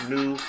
New